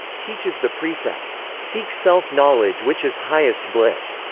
teaches the precept seek self-knowledge which is highest bliss,